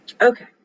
Okay